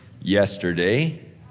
yesterday